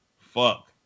fuck